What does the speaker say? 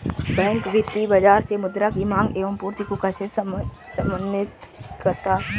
Bank वित्तीय बाजार में मुद्रा की माँग एवं पूर्ति को कैसे समन्वित करता है?